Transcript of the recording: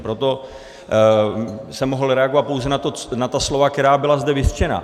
Proto jsem mohl reagovat pouze na ta slova, která byla zde vyřčena.